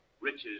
riches